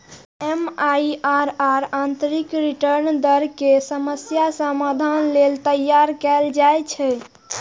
MIRR आंतरिक return दर के समस्याक समाधान लेल तैयार कैल जाइ छै